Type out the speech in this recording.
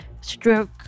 stroke